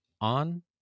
on